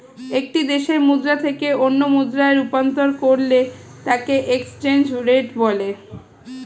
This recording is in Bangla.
একটি দেশের মুদ্রা থেকে অন্য মুদ্রায় রূপান্তর করলে তাকেএক্সচেঞ্জ রেট বলে